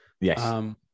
Yes